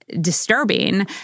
disturbing